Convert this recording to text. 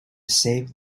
save